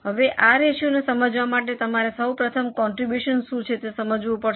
હવે આ રેશિયોને સમજવા માટે તમારે સૌ પ્રથમ કોન્ટ્રીબ્યુશન શું છે તે સમજવું પડશે